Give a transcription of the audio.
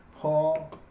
Paul